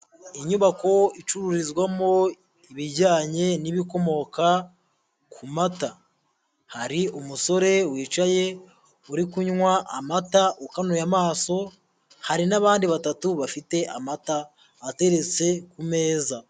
Inyubako icururizwamo ibijyanye n'ibikomoka ku mata, hari umusore wicaye uri kunywa amata ukanuye amaso, hari n'abandi batatu bafite amata ateretse ku meza.